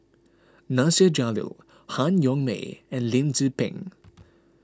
Nasir Jalil Han Yong May and Lim Tze Peng